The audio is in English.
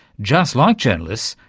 just like journalists,